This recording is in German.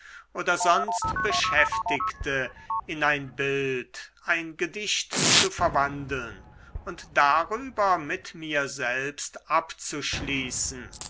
oder sonst beschäftigte in ein bild ein gedicht zu verwandeln und darüber mit mir selbst abzuschließen